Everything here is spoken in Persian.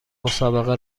مسابقه